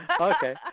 Okay